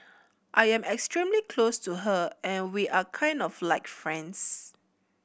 I am extremely close to her and we are kind of like friends